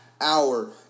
hour